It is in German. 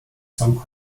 song